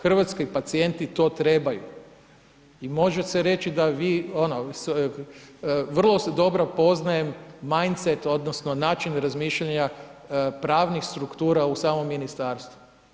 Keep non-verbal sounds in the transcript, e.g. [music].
Hrvatski pacijenti to trebaju, i može se reći da vi, ono, vrlo se dobro poznajem ... [unintelligible] odnosno način razmišljanja pravnih struktura u samom Ministarstvu.